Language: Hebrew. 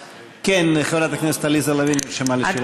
כן, חברת הכנסת עליזה לביא נרשמה לשאלה נוספת.